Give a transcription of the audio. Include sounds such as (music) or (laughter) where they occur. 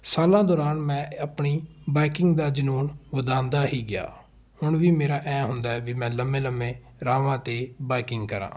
ਸਾਲਾਂ ਦੌਰਾਨ ਮੈਂ (unintelligible) ਆਪਣੀ ਬਾਈਕਿੰਗ ਦਾ ਜਨੂੰਨ ਵਧਾਉਂਦਾ ਹੀ ਗਿਆ ਹੁਣ ਵੀ ਮੇਰਾ ਐਂ ਹੁੰਦਾ ਵੀ ਮੈਂ ਲੰਬੇ ਲੰਬੇ ਰਾਹਵਾਂ 'ਤੇ ਬਾਈਕਿੰਗ ਕਰਾਂ